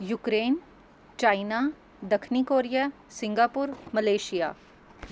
Ukraine China ਦੱਖਣੀ Korea Singapore Malaysia